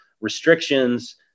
restrictions